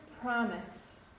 promise